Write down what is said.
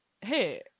Hey